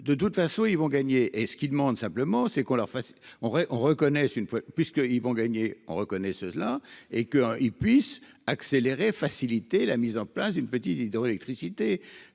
de toute façon ils vont gagner et ce qu'il demande simplement, c'est qu'on leur fasse on aurait on reconnaisse une fois puisqu'ils vont gagner en reconnaît cela et que ils puissent accélérer et faciliter la mise en place d'une petite hydroélectricité